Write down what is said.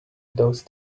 those